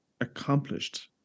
accomplished